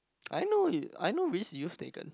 I know it I know risk you've taken